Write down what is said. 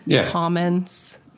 comments